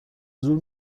زور